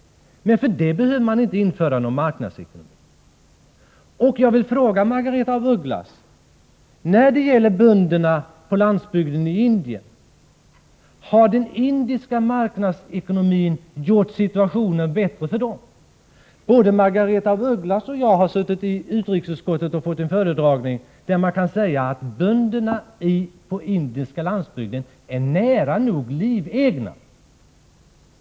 Men bara på grund av att länderna begått fel behöver de inte införa någon marknadsekonomi. Jag vill ställa en fråga till Margaretha af Ugglas när det gäller bönderna på den indiska landsbygden: Har den indiska marknadsekonomin gjort situationen bättre för dem? Både Margaretha af Ugglas och jag har suttit i utrikesutskottet och fått en föredragning om detta. Av denna föredragning kan man dra slutsatsen att bönderna på den indiska landsbygden är nära nog livegna.